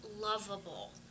lovable